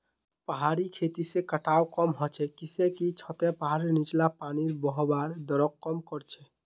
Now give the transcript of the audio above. पहाड़ी खेती से कटाव कम ह छ किसेकी छतें पहाड़ीर नीचला पानीर बहवार दरक कम कर छे